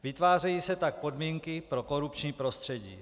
Vytvářejí se tak podmínky pro korupční prostředí.